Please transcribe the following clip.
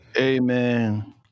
Amen